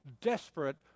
desperate